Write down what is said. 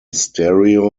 stereo